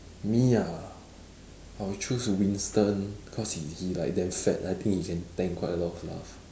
me ah I would choose Winston cause he he like damn fat I think he can tank quite a lot of